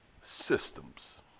systems